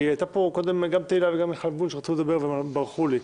גם תהלה וגם מיכל וונש רצו לדבר וברחו לי.